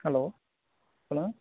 hello சொல்லுங்கள்